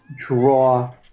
draw